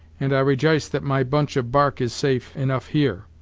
and i rej'ice that my bunch of bark is safe enough here,